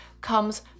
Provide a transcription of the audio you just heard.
comes